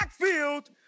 backfield